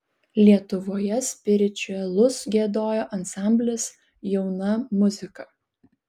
lietuvoje spiričiuelus giedojo ansamblis jauna muzika